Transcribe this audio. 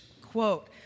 quote